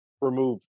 remove